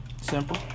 simple